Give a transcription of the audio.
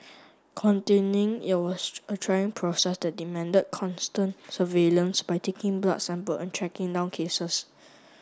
containing it was a trying process that demanded constant surveillance by taking blood sample and tracking down cases